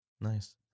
Nice